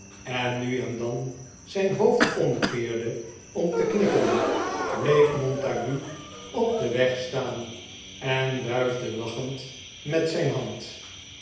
en nu en dan zijn hoofd omkeerde om te knikken bleef montague op den weg staan en wuifde lachend met zijn hand